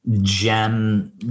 gem